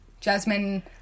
Jasmine